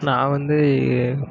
நான் வந்து